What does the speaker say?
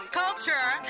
culture